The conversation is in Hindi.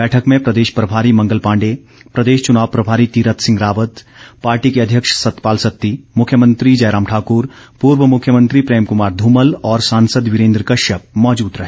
बैठक में प्रदेश प्रभारी मंगल पांडे प्रदेश चुनाव प्रभारी तीरथ सिंह रावत पार्टी के अध्यक्ष सतपाल सत्ती मुख्यमंत्री जयराम ठाकर पूर्व मुख्यमंत्री प्रेम कमार ध्यमल और सांसद वीरेंद्र कश्यप मौजूद रहे